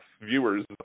viewers